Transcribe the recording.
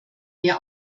mehr